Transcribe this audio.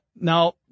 Now